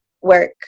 work